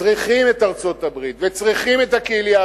צריכים את ארצות-הברית וצריכים את הקהילייה